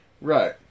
Right